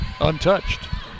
untouched